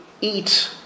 eat